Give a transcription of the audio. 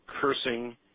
cursing